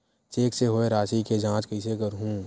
Cheque से होए राशि के जांच कइसे करहु?